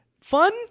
fun